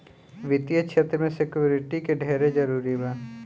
वित्तीय क्षेत्र में सिक्योरिटी के ढेरे जरूरी बा